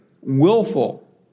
willful